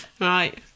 Right